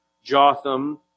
Jotham